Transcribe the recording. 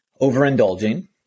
overindulging